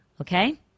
okay